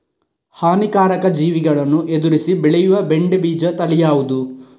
ಹಾನಿಕಾರಕ ಜೀವಿಗಳನ್ನು ಎದುರಿಸಿ ಬೆಳೆಯುವ ಬೆಂಡೆ ಬೀಜ ತಳಿ ಯಾವ್ದು?